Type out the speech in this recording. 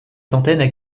centaines